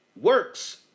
works